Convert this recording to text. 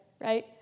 right